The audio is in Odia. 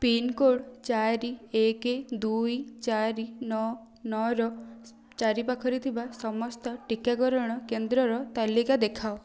ପିନ୍କୋଡ଼୍ ଚାରି ଏକ ଦୁଇ ଚାରି ନଅ ନଅର ଚାରିପାଖରେ ଥିବା ସମସ୍ତ ଟିକାକରଣ କେନ୍ଦ୍ରର ତାଲିକା ଦେଖାଅ